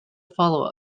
follow